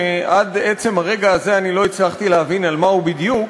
שעד עצם הרגע הזה אני לא הצלחתי להבין על מה הוא בדיוק,